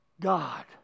God